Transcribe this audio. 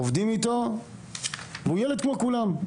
אוהבים אותו והוא הפך להיות מקובל כמו כולם.